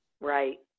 Right